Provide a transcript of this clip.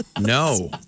No